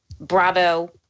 Bravo